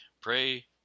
Pray